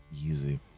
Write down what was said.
easy